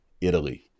italy